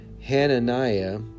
Hananiah